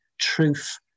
truth